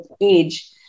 age